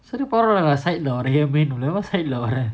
சரிபரவால்லநான்:sari paravaalla naan side lah வரேன்:varen